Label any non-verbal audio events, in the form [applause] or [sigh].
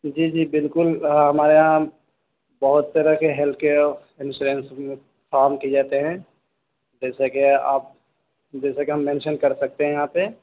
جی جی بالکل ہمارے یہاں بہت طرح کے ہیلتھ کیئر انشورنس [unintelligible] فارم کیے جاتے ہیں جیسا کہ آپ جیسا کہ ہم مینشن کر سکتے ہیں یہاں پہ